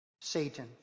Satan